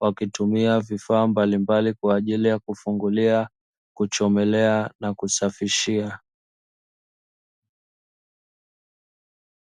Wakitumia vifaa mbalimbali kwa ajili ya kufungulia, kuchomelea na kusafishia.